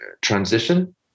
transition